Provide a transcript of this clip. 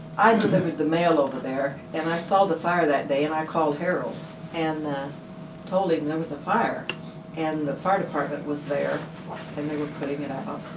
i delivered the mail over there and i saw the fire that day and i called harold and told him there was a fire and the fire department was there and they were putting it out.